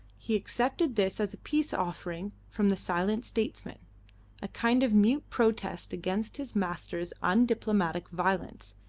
he accepted this as a peace-offering from the silent statesman a kind of mute protest against his master's undiplomatic violence,